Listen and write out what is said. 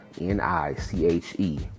N-I-C-H-E